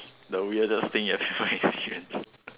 the weirdest thing you have ever experienced